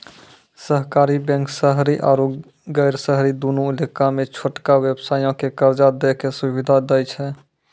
सहकारी बैंक शहरी आरु गैर शहरी दुनू इलाका मे छोटका व्यवसायो के कर्जा दै के सुविधा दै छै